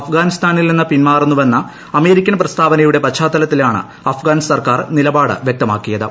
അഫ്ഗാനിസ്ഥാനിൽ നിന്നും സൈന്യത്തെ പിൻവലിക്കുമെന്ന അമേരിക്കൻ പ്രസ്താവനയുടെ പശ്ചാത്തലത്തിലാണ് അഫ്ഗാൻ സർക്കാർ നിലപാട് വ്യക്തമാക്കിയത്